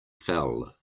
fell